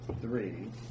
three